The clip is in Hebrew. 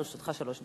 לרשותך שלוש דקות.